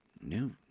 New